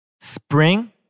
spring